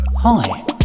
Hi